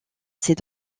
ses